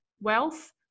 wealth